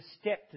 step